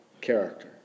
character